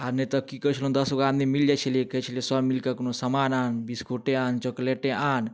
आओर नहि तऽ कि करै छलहुँ दसगो आदमी मिलि जाइ छलिए कहै छलिए सब मिलिके कोनो सामान आन बिस्कुटे आन चॉकलेटे आन